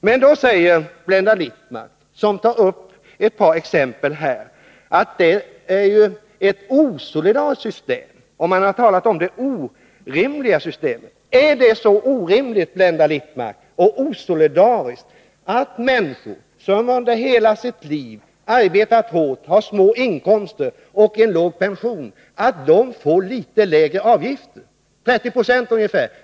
Men då säger Blenda Littmarck, som tar upp ett par exempel, att det är ett osolidariskt system. Det har också talats om det orimliga systemet. Är det så orimligt och osolidariskt, Blenda Littmarck, att människor som under hela sitt liv har arbetat hårt, haft små inkomster och har en låg pension får litet lägre avgifter; ungefär 30 90 har fått lägre avgift?